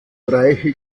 reiche